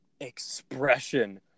expression